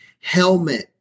helmet